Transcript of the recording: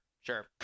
sure